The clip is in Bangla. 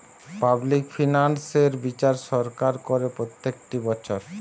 পাবলিক ফিনান্স এর বিচার সরকার করে প্রত্যেকটি বছর